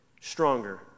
stronger